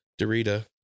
Dorita